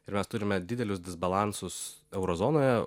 ir mes turime didelius balansus euro zonoje